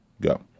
Go